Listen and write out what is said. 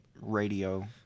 radio